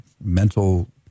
mental